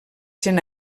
sent